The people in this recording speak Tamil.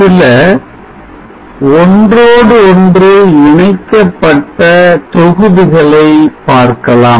சில ஒன்றோடொன்று இணைக்கப்பட்ட தொகுதிகளை பார்க்கலாம்